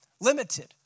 limited